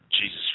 Jesus